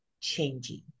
changing